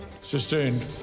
Sustained